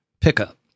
pickup